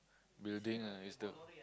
building ah is the